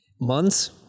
months